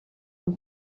and